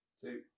Two